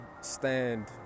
stand